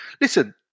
listen